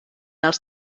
els